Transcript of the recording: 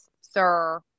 sir